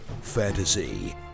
Fantasy